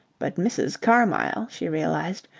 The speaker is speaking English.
but mrs. carmyle, she realized,